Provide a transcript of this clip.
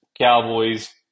Cowboys